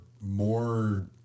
more